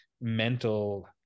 mental